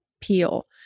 Peel